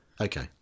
Okay